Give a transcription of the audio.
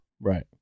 Right